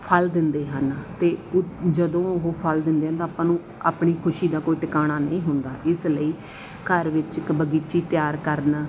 ਫਲ ਦਿੰਦੇ ਹਨ ਅਤੇ ਉਹ ਜਦੋਂ ਉਹ ਫਲ ਦਿੰਦੇ ਹਨ ਤਾਂ ਆਪਾਂ ਨੂੰ ਆਪਣੀ ਖੁਸ਼ੀ ਦਾ ਕੋਈ ਟਿਕਾਣਾ ਨਹੀਂ ਹੁੰਦਾ ਇਸ ਲਈ ਘਰ ਵਿੱਚ ਇੱਕ ਬਗੀਚੀ ਤਿਆਰ ਕਰਨ